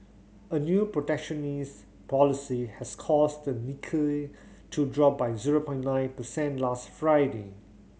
a new protectionist policy has caused the Nikkei to drop by zero point nine percent last Friday